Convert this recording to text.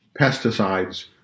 pesticides